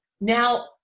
Now